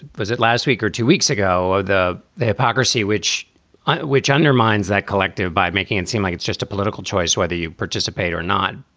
was it last week or two weeks ago the the hypocrisy which which undermines that collective by making it seem like it's just a political choice, whether you participate or not,